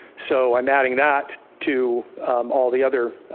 so i'm adding that to all the other